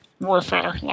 warfare